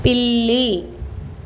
పిల్లి